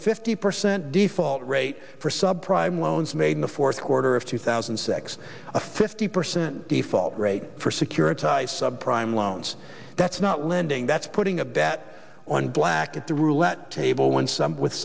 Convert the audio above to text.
fifty percent default rate for sub prime loans made in the fourth quarter of two thousand and six a fifty percent default rate for securitized subprime loans that's not lending that's putting a bet on black at the roulette table when some with